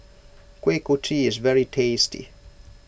Kuih Kochi is very tasty